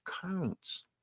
counts